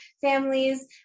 families